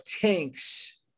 tanks